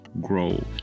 grow